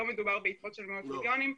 לא מדובר ביתרות של מאות מיליונים,